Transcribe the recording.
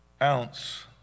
ounce